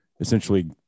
essentially